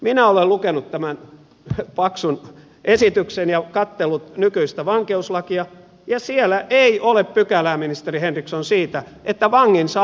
minä olen lukenut tämän paksun esityksen ja katsellut nykyistä vankeuslakia ja siellä ei ole pykälää ministeri henriksson siitä että vangin saa aamulla herättää